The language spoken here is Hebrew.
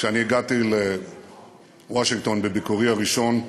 כשהגעתי לוושינגטון בביקורי הראשון,